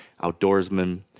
outdoorsman